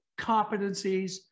competencies